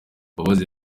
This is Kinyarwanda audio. mbabazi